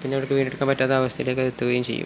പിന്നെ അവിടേക്ക് വീണ്ടെടുക്കാൻ പറ്റാത്ത അവസ്ഥയിലേക്ക് എത്തുകയും ചെയ്യും